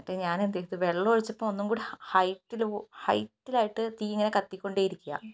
ഞാനെന്തെയ്തു വെള്ളം ഒഴിച്ചപ്പോ ഒന്നുംകൂടി ഹൈറ്റില് ഹൈറ്റിലായിട്ട് തീ ഇങ്ങനെ കത്തികൊണ്ടേ ഇരിക്കുകയാ